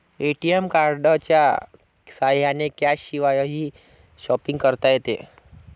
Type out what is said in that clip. ATM कार्डच्या साह्याने कॅशशिवायही शॉपिंग करता येते